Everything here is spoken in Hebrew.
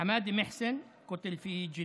חמאדה מוחסן מנצרת נהרגה בג'נין,